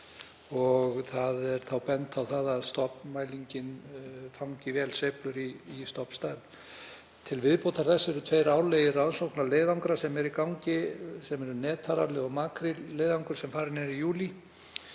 góð. Bent er á að stofnmælingin fangi vel sveiflur í stofnstærð. Til viðbótar þessu eru tveir árlegir rannsóknarleiðangrar sem eru í gangi, sem eru netarall og makrílleiðangur sem farinn er í júlí.